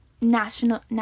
national